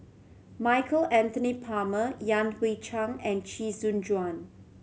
Michael Anthony Palmer Yan Hui Chang and Chee Soon Juan